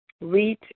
Read